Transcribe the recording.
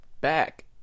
back